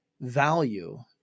value